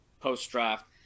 post-draft